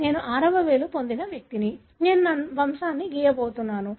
నేను ఆరవ వేలు పొందిన వ్యక్తిని నేను నా వంశాన్ని గీయబోతున్నాను